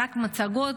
רק מצגות,